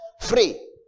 free